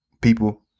people